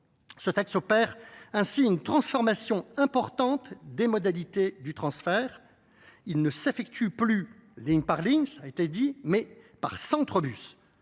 Ce texte opère ainsi une transformation importante des modalités du transfert : il ne s’effectue plus ligne par ligne, mais par centre bus.